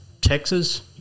Texas